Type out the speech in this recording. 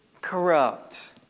corrupt